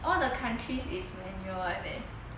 all the countries is manual right no meh